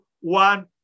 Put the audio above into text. one